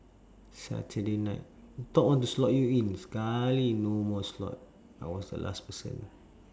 saturday night thought want to slot you in sekali no more slot I was the last person